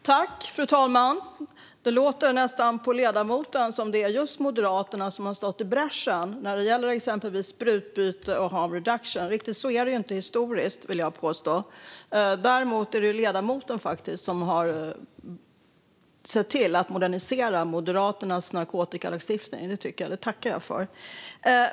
Fru talman! På ledamoten låter det nästan som att det är Moderaterna som har gått i bräschen när det gäller exempelvis sprututbyte och harm reduction. Riktigt så har det ju inte varit historiskt, vill jag påstå. Däremot är det faktiskt ledamoten som har sett till att modernisera Moderaternas narkotikapolitik, och det tackar jag för.